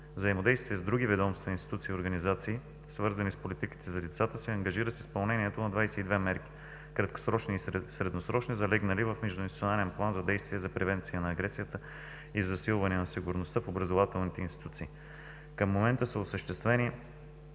взаимодействие с други ведомствени институции и организации, свързани с политиките за децата, се ангажира с изпълнението на 22 мерки – краткосрочни и средносрочни, залегнали в междуинституционален план за действие за превенция на агресията и засилване на сигурността в образователните институции. Към момента са осъществени